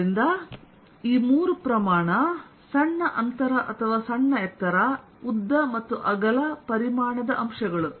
ಆದ್ದರಿಂದಈ ಮೂರು ಪ್ರಮಾಣ ಸಣ್ಣ ಅಂತರ ಅಥವಾ ಸಣ್ಣ ಎತ್ತರ ಉದ್ದ ಮತ್ತು ಅಗಲಪರಿಮಾಣದ ಅಂಶಗಳು